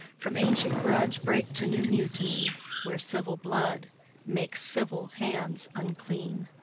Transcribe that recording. from ancient grudge break to new mutiny, where civil blood makes civil hands unclean.